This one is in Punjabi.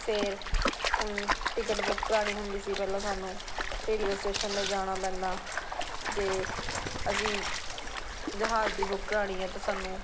ਫੇਰ ਹੁਣ ਟਿਕਟ ਬੁੱਕ ਕਰਵਾਉਣੀ ਹੁੰਦੀ ਸੀ ਪਹਿਲਾਂ ਸਾਨੂੰ ਰੇਲਵੇ ਸਟੇਸ਼ਨ 'ਤੇ ਜਾਣਾ ਪੈਂਦਾ ਜੇ ਅਸੀਂ ਜਹਾਜ਼ ਦੀ ਬੁੱਕ ਕਰਵਾਉਣੀ ਹੈ ਤਾਂ ਸਾਨੂੰ